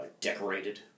decorated